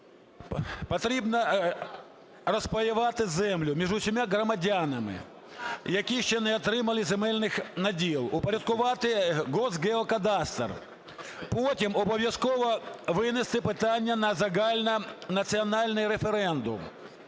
потрібно розпаювати землю між усіма громадянами, які ще не отримали земельних наділів, упорядкувати Держгеокадастр, потім обов'язково винести питання на загальний національний референдум,